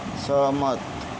सहमत